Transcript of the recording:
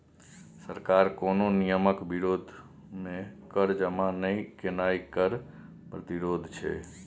सरकार कोनो नियमक विरोध मे कर जमा नहि केनाय कर प्रतिरोध छै